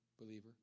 believer